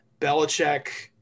belichick